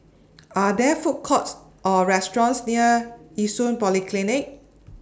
Are There Food Courts Or restaurants near Yishun Polyclinic